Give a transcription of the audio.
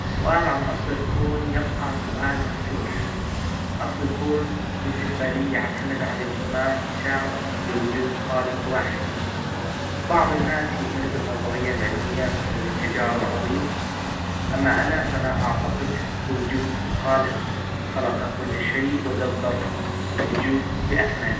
السؤال عن أصل الكون يبقى سؤال مفتوح أصل الكون بالنسبة لي يعتمد على الايمان التام بوجود خالق واحد بعض الناس يؤمن بالنظرية العلمية مثل الانفجار العظيم اما انا فانا اعتقد بوجود خالق خلق كل شيء ودبر الوجود بأكمله